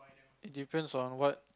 it depends on what